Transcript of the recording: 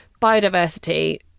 biodiversity